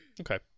Okay